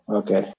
okay